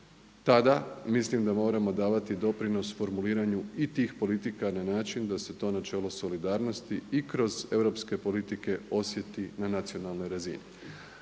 tada mislim da moramo davati doprinos formuliranju i tih politika na način da se to načelo solidarnosti i kroz europske politike osjeti na nacionalnoj razini.